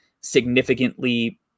significantly